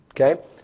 okay